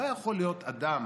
ולא יכול להיות שאדם